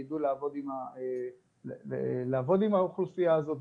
יידעו לעבוד עם האוכלוסייה הזו.